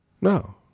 No